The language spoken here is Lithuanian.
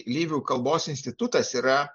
lyvių kalbos institutas yra